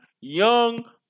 young